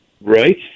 right